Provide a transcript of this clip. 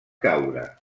caure